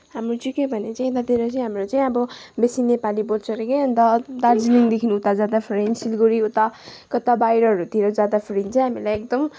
हाम्रो चाहिँ के भने चाहिँ यतातिर चाहिँ हाम्रो चाहिँ अब बेसी नेपाली बोल्छ अरे के अन्त दार्जिलिङदेखि उता जाँदाखेरि सिलगढी उता कता बाहिरहरूतिर जाँदाखेरि चाहिँ हामीलाई एकदम